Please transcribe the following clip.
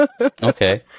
Okay